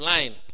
Line